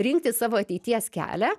rinktis savo ateities kelią